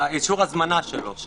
אישור הזמנה שלו.